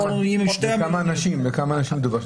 בכמה אנשים מדובר?